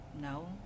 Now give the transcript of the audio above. No